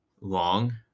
long